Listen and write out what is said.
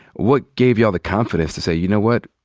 what gave you all the confidence to say, you know what,